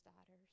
daughters